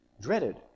dreaded